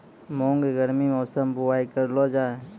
मूंग गर्मी मौसम बुवाई करलो जा?